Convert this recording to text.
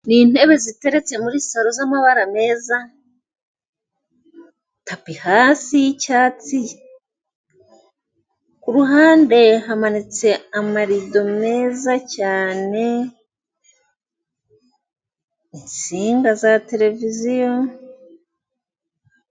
Ni intebe ziteretse muri saro z'amabara meza, tapi hasi y'icyatsi, kuruhande hamaritse amarido meza cyane, insinga za tereviziyo